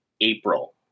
April